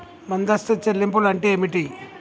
ముందస్తు చెల్లింపులు అంటే ఏమిటి?